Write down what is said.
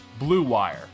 BlueWire